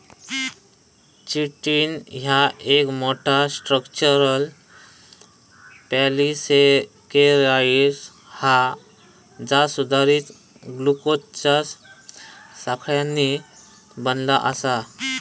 chitin ह्या एक मोठा, स्ट्रक्चरल पॉलिसेकेराइड हा जा सुधारित ग्लुकोजच्या साखळ्यांनी बनला आसा